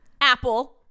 apple